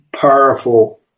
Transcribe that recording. powerful